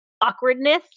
awkwardness